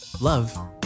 love